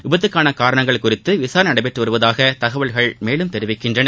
விபத்துக்கான காரணங்கள் குறித்து விசாரணை நடைபெற்று வருவதாக தகவல்கள் மேலும் தெரிவிக்கின்றன